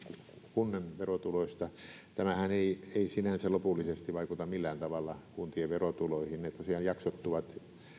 kunnan verotuloista tämähän ei ei sinänsä lopullisesti vaikuta millään tavalla kuntien verotuloihin ne tosiaan jaksottuvat